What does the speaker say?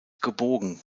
gebogen